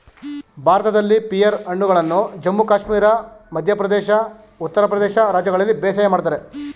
ಭಾರತದಲ್ಲಿ ಪಿಯರ್ ಹಣ್ಣುಗಳನ್ನು ಜಮ್ಮು ಕಾಶ್ಮೀರ ಮಧ್ಯ ಪ್ರದೇಶ್ ಉತ್ತರ ಪ್ರದೇಶ ರಾಜ್ಯಗಳಲ್ಲಿ ಬೇಸಾಯ ಮಾಡ್ತರೆ